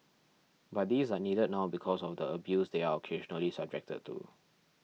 but these are needed now because of the abuse they are occasionally subjected to